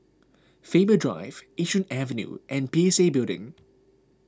Faber Drive Yishun Avenue and P C Building